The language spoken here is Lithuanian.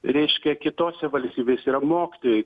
reiškia kitose valstybėse yra mokytojai